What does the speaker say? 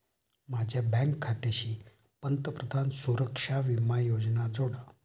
माझ्या बँक खात्याशी पंतप्रधान सुरक्षा विमा योजना जोडा